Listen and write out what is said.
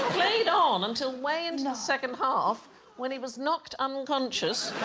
played on until way into the second half when he was knocked unconscious